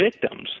victims